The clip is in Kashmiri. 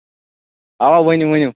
اَوا ؤنِو ؤنِو